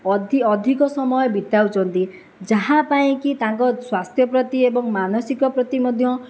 ଅଧି ଅଧିକ ସମୟ ବିତାଉଛନ୍ତି ଯାହାପାଇଁକି ତାଙ୍କ ସ୍ୱାସ୍ଥ୍ୟ ପ୍ରତି ଏବଂ ମାନସିକ ପ୍ରତି ମଧ୍ୟ